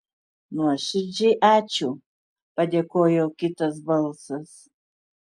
nuoširdžiai ačiū padėkojo kitas balsas